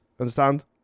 understand